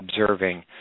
observing